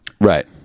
Right